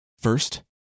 First